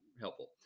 helpful